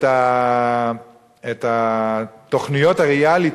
את תוכניות הריאליטי,